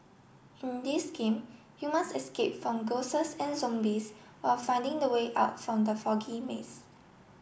in this game you must escape from and zombies while finding the way out from the foggy maze